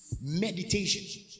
meditation